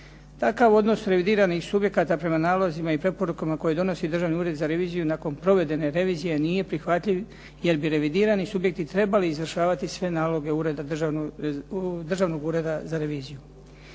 Takav odnos revidiranih subjekata prema nalozima i preporukama koje donosi Državni ured za reviziju nakon provedene revizije nije prihvatljiv, jer bi revidirani subjekti trebali izvršavati sve naloge Držanog ureda za reviziju.